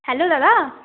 hello দাদা